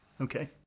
Okay